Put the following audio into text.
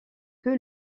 que